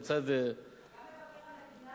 גם מבקר המדינה העיר.